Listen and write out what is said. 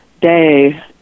day